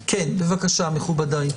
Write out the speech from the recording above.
כן, בבקשה, מכובדיי.